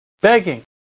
begging